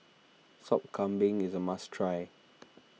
Sop Kambing is a must try